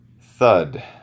THUD